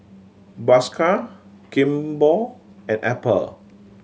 Bershka Kimball and Apple